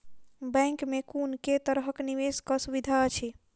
Bank मे कुन केँ तरहक निवेश कऽ सुविधा अछि?